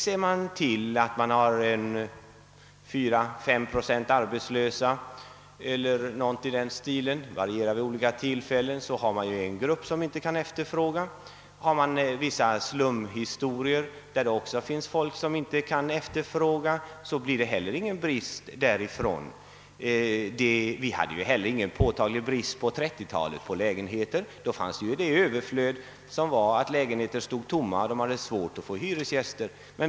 Med en arbetslöshet på 4,5 procent eller något i den stilen i USA — den kan variera vid olika tillfällen — har man ju en stor grupp, som inte kan efterfråga lägenheter. I en slumbebyggelse med människor, som inte kan efterfråga lägenheter, uppstår inte heller någon bostadsbrist. Det rådde inte på 1930-talet någon påtaglig brist på lägenheter här i landet Lägenheter stod tomma och ägarna hade svårt att få hyresgäster.